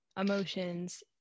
emotions